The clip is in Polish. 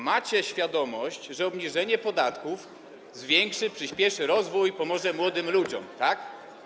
Macie świadomość, że obniżenie podatków zwiększy, przyspieszy rozwój, pomoże młodym ludziom, tak?